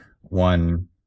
one